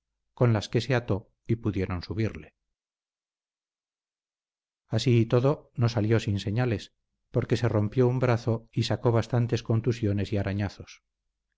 con las que se ató y pudieron subirle así y todo no salió sin señales porque se rompió un brazo y sacó bastantes contusiones y arañazos